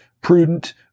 prudent